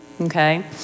okay